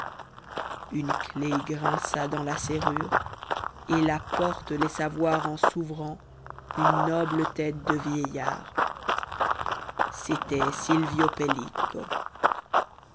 une clef grinça dans la serrure et la porte laissa voir en s'ouvrant une noble tête de vieillard c'était silvio pellico